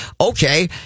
okay